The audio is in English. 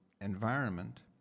environment